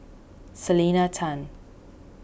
Selena Tan